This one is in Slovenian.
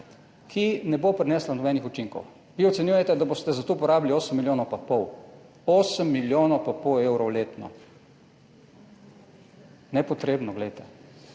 ki ne bo prinesla nobenih učinkov. Vi ocenjujete, da boste za to porabili 8 milijonov pa pol, 8 milijonov pa pol evrov letno, nepotrebno, glejte,